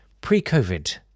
pre-COVID